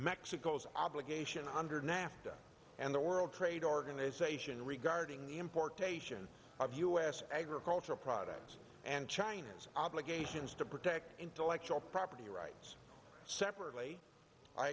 mexico's obligation under nafta and the world trade organization regarding the importation of u s agricultural products and china's obligations to protect intellectual property rights separately i